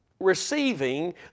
receiving